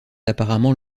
apparemment